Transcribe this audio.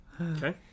Okay